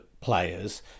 players